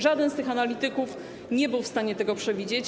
Żaden z tych analityków nie był w stanie tego przewidzieć.